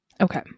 Okay